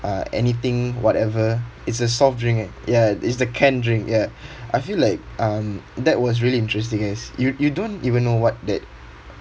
uh anything whatever it's a soft drink eh ya it's the canned drink ya I feel like um that was really interesting as you you don't even know what that